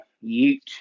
Ute